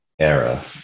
era